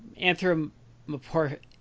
Anthropomorphic